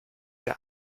der